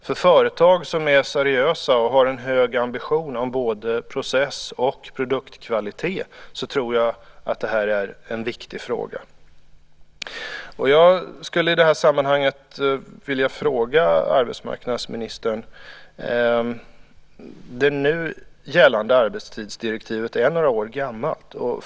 För företag som är seriösa och har en hög ambition för både process och produktkvalitet tror jag att det här är en viktig fråga. Jag skulle i detta sammanhang vilja ställa en fråga till arbetsmarknadsministern om det nu gällande arbetstidsdirektivet, som är några år gammalt.